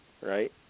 right